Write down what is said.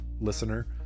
listener